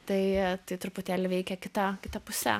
tai tai truputėlį veikia kita kita puse